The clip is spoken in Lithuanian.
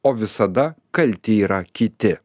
o visada kalti yra kiti